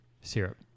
syrup